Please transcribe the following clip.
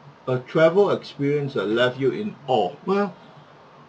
a travel experience that left you in awe